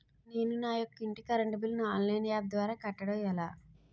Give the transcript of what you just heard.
నేను నా యెక్క ఇంటి కరెంట్ బిల్ ను ఆన్లైన్ యాప్ ద్వారా కట్టడం ఎలా?